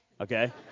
okay